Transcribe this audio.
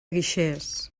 guixers